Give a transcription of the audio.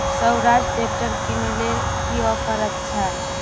Swaraj tractor किनले की offer अच्छा?